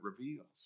reveals